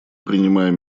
принимаем